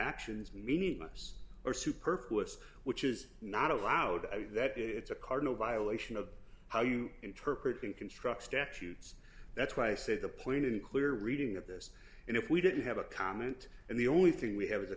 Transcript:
actions meaningless or superfluous which is not allowed that it's a cardinal violation of how you interpret in construct statutes that's why i said the point unclear reading of this and if we didn't have a comment and the only thing we have is